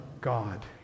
God